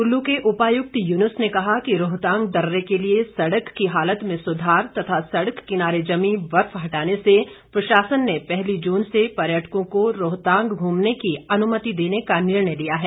कुल्लू के उपायुक्त युनूस ने कहा कि रोहतांग दर्रे के लिए सड़क की हालत में सुधार तथा सड़क किनारे जमी बर्फ हटाने से प्रशासन ने पहली जून से पर्यटकों को रोहतांग घूमने की अनुमति देने का निर्णय लिया है